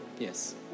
Yes